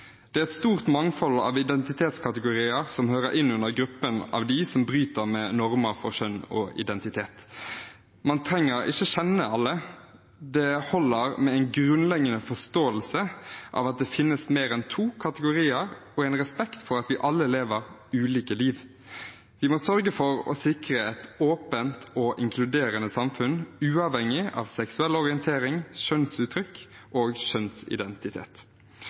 Det er et stort mangfold av identitetskategorier som hører inn under gruppen av dem som bryter med normer for kjønn og identitet. Man trenger ikke kjenne alle, det holder med en grunnleggende forståelse av at det finnes mer enn to kategorier, og en respekt for at vi alle lever ulike liv. Vi må sørge for å sikre et åpent og inkluderende samfunn, uavhengig av seksuell orientering, kjønnsuttrykk og kjønnsidentitet.